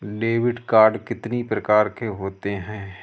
Debit card कितनी प्रकार के होते हैं?